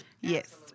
Yes